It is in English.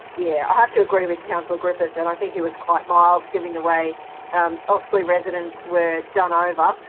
yeah i have to agree with councillor griffith and i think he was quite mild given the way um oxley residents were done over.